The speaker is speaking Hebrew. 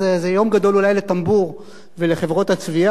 זה יום גדול אולי ל"טמבור" ולחברות הצבעים,